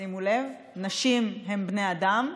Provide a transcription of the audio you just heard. שימו לב, נשים הן בני אדם,